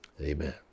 Amen